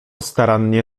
starannie